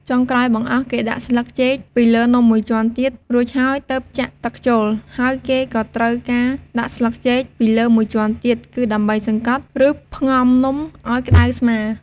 ចុងក្រោយបង្អស់ គេដាក់ស្លឹកចេកពីលើនំមួយជាន់ទៀត រួចហើយទើបចាក់ទឹកចូល ហើយគេក៏ត្រូវការដាក់ស្លឹកចេកពីលើមួយជាន់ទៀត គឺដើម្បីសង្តត់ ឬផ្ងំនំឱ្យក្តៅស្មើ។